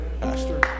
Pastor